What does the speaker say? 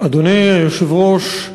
אדוני היושב-ראש,